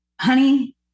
Honey